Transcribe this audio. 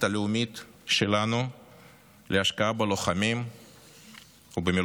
הלאומית שלנו להשקעה בלוחמים ובמילואימניקים.